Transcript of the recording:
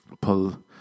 Pul